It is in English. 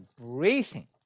breathing